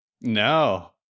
No